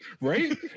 Right